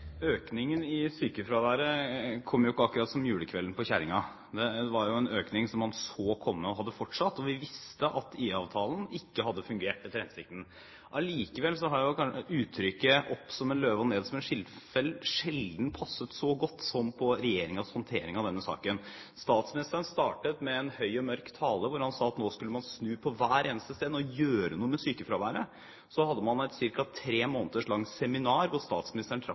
Økningen i sykefraværet kommer jo ikke akkurat som julekvelden på kjerringa. Det var jo en økning som man så komme og hadde forutsatt, og vi visste at IA-avtalen ikke hadde fungert etter hensikten. Allikevel har kanskje uttrykket «opp som en løve og ned som en skinnfell» sjelden passet så godt som på regjeringens håndtering av denne saken. Statsministeren startet høy og mørk med en tale hvor han sa at nå skulle man snu på hver eneste stein og gjøre noe med sykefraværet. Så hadde man et ca. tre måneders langt seminar hvor statsministeren